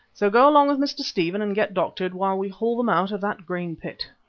so go along with mr. stephen and get doctored while we haul them out of that grain-pit.